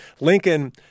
Lincoln